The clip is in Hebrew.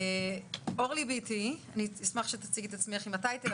אורלי ביטי, אשמח שתציגי את עצמך עם התואר.